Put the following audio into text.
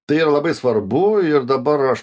tai yra labai svarbu ir dabar aš